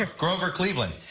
ah grover cleveland.